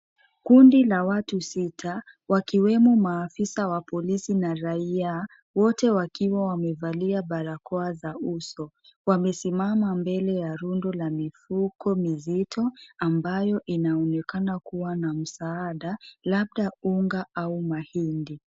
Kundi la watu sita wakiwemo maafisa wa polisi na raia, wote wakiwa wamevalia barakoa za uso. Wamesimama mbele ya rundo la mifugo mizito ambayo inaonekana kuwa na msaada, labda unga au mahindi.